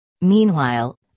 Meanwhile